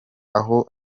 aho